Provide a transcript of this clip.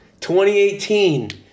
2018